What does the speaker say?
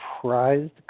prized